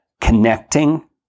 Connecting